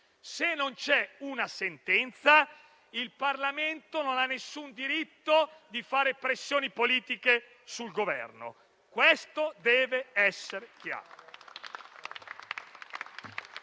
Se non c'è una sentenza, il Parlamento non ha alcun diritto di fare pressioni politiche sul Governo. Questo deve essere chiaro.